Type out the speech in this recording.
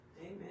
Amen